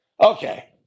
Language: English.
Okay